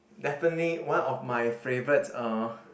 definitely one of my favorites uh